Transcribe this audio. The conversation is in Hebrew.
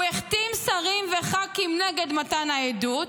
הוא החתים שרים וח"כים נגד מתן העדות.